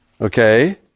Okay